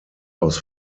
aus